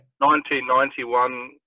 1991